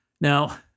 Now